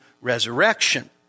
resurrection